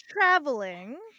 traveling